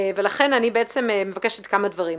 לכן אני בעצם מבקשת כמה דברים.